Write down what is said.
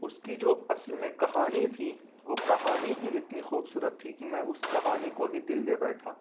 اس کی جو اصل میں کہانی تھی وہ کہانی ہی اتنی خوبصورت تھی کہ میں اس کہانی کو ہی دل دے بیٹھا